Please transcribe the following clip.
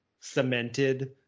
cemented